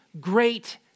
great